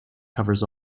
covers